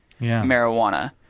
marijuana